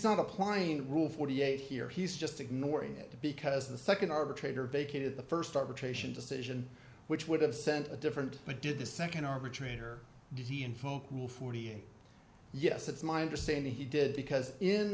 not applying rule forty eight here he's just ignoring it because the nd arbitrator vacated the st arbitration decision which would have sent a different but did the nd arbitrator dizzy and folk rule forty eight yes it's my understanding he did because in